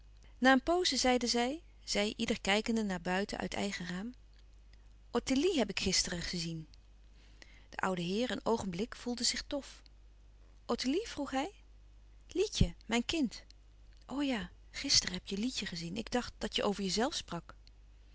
na een pooze zeide zij zij ieder kijkende naar buiten uit eigen raam ottilie heb ik gisteren gezien de oude heer een oogenblik voelde zich dof ottilie vroeg hij lietje mijn kind o ja gisteren heb je lietje gezien ik dacht dat je over jezelf sprak